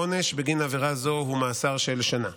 העונש בגין עבירה זו הוא מאסר של שנה.